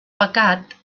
pecat